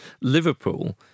Liverpool